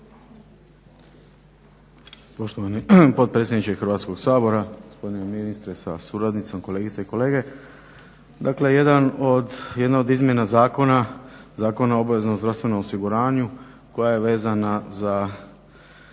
Poštovani potpredsjedniče Hrvatskog sabora, gospodine ministre sa suradnicom, kolegice i kolege. Jedna od izmjena zakona o obaveznom zdravstvenom osiguranju koja je vezana za